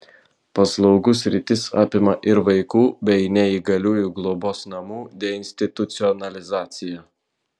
paslaugų sritis apima ir vaikų bei neįgaliųjų globos namų deinstitucionalizaciją